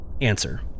Answer